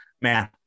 man